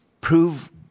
prove